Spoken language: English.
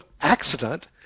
accident